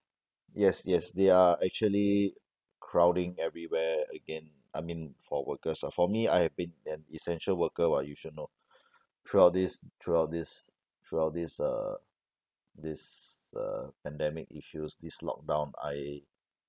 yes yes they are actually crowding everywhere again I mean for workers ah for me I have been an essential worker [what] you should know throughout this throughout this throughout this uh this uh pandemic issues this lock down I